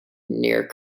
near